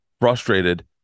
frustrated